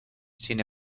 sin